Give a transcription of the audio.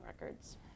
records